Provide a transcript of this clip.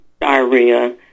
diarrhea